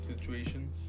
situations